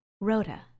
Rhoda